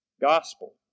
gospel